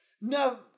no